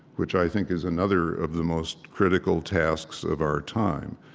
which i think is another of the most critical tasks of our time.